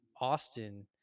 Austin